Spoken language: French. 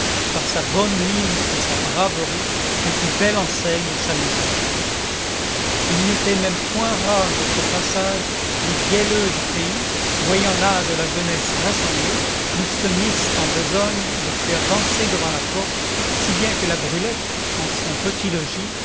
par sa bonne mine et sa braverie elle fit belle enseigne à sa maison il n'était même point rare qu'au passage les vielleux du pays voyant là de la jeunesse rassemblée ne se missent en besogne de faire danser devant la porte si bien que la brulette en son petit logis